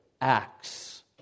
Acts